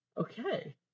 Okay